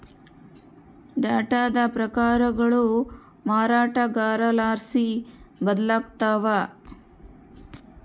ಡೇಟಾದ ಪ್ರಕಾರಗಳು ಮಾರಾಟಗಾರರ್ಲಾಸಿ ಬದಲಾಗ್ತವ